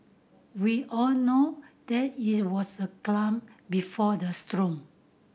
we all know that it was the calm before the storm